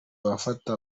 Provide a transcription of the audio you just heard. abafata